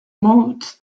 modes